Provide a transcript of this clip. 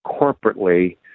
corporately